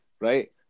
right